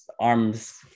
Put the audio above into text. arms –